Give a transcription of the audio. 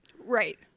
Right